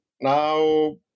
Now